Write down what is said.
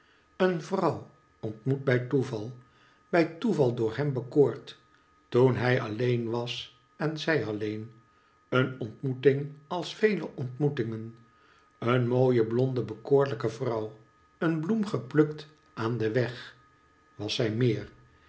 een vrouw ontmoet bij toeval bij toeval door hem bekoord toen hij alleen was en zij alleen een ontmoeting als vele ontmoetingen een mooie blonde bekoorlijke vrouw een bloem geplukt aan den weg was zij meer